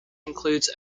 includes